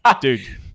Dude